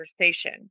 conversation